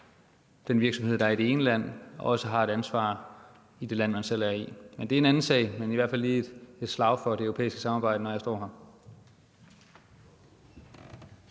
en virksomhed, der er i det ene land, også har et ansvar i det land, man selv er i. Men det er en anden sag. Men det er i hvert fald for lige at slå et slag for det europæiske samarbejde, når jeg nu står her.